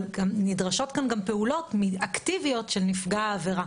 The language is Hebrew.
אבל נדרשות כאן גם פעולות אקטיביות של נפגע העבירה.